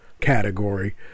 category